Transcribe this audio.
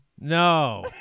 No